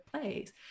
place